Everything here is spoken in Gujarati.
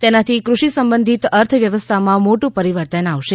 તેનાથી કૃષિ સંબંધિત અર્થવ્યવસ્થામાં મોટું પરિવર્તન આવશે